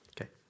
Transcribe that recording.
Okay